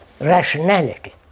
rationality